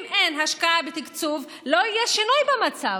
אם אין השקעה בתקצוב, לא יהיה שינוי במצב.